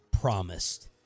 promised